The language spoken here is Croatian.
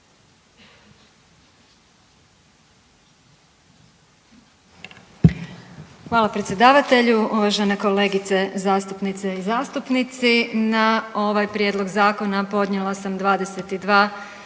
Hvala predsjedavatelju. Uvažene kolegice zastupnice i zastupnici, na ovaj prijedlog zakona podnijela sam 22